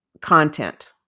content